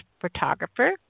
photographer